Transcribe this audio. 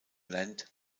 land